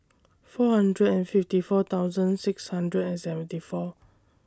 four hundred and fifty four thousand six hundred and seventy four